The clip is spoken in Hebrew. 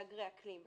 מהגרי האקלים,